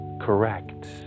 correct